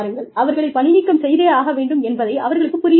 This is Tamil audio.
அவர்களை பணிநீக்கம் செய்தே ஆக வேண்டும் என்பதை அவர்களுக்குப் புரிய வையுங்கள்